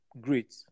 great